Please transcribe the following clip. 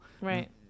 right